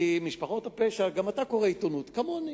כי משפחות הפשע, גם אתה קורא עיתונות, כמוני.